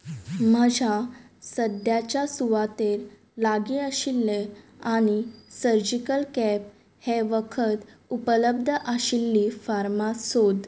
म्हज्या सद्याच्या सुवातेर लागीं आशिल्लें आनी सर्जिकल कॅप हें वखद उपलब्द आशिल्ली फार्मास सोद